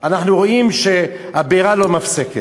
אנחנו רואים שהבעירה לא מפסקת.